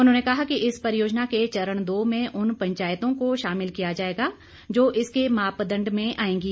उन्होंने कहा कि इस परियोजना के चरण दो में उन पंचायतों को शामिल किया जाएगा जो इसके मापदंड में आएंगी